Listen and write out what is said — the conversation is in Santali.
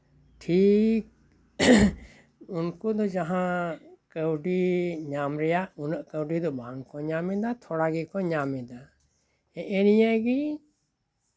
ᱴᱷᱤᱠ ᱩᱱᱠᱩ ᱫᱚ ᱡᱟᱦᱟᱸ ᱠᱟᱹᱣᱰᱤ ᱧᱟᱢ ᱨᱮᱭᱟᱜ ᱩᱱᱟᱹᱜ ᱠᱟᱹᱣᱰᱤ ᱫᱚ ᱵᱟᱝᱠᱚ ᱧᱟᱢ ᱮᱫᱟ ᱛᱷᱚᱲᱟ ᱜᱮᱠᱚ ᱧᱟᱢ ᱮᱫᱟ ᱦᱮᱸᱜᱼᱮ ᱱᱤᱭᱟᱹᱜᱮ